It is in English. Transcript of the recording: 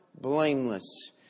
blameless